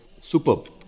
Superb